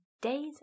days